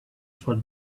for